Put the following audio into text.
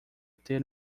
ter